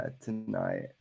tonight